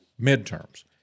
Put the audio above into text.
midterms